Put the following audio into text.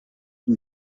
qui